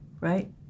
Right